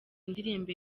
indirimbo